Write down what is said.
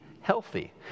healthy